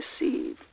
receive